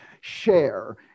share